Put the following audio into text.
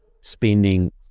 spending